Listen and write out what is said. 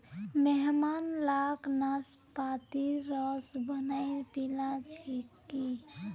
मेहमान लाक नाशपातीर रस बनइ पीला छिकि